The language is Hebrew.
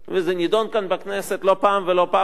זה נדון כאן בכנסת לא פעם ולא פעמיים,